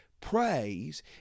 Praise